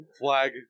flag